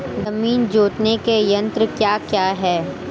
जमीन जोतने के यंत्र क्या क्या हैं?